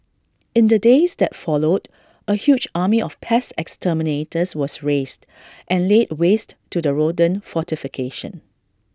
in the days that followed A huge army of pest exterminators was raised and laid waste to the rodent fortification